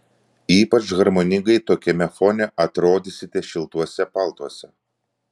ypač harmoningai tokiame fone atrodysite šiltuose paltuose